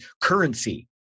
Currency